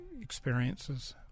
experiences